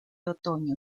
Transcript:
otoño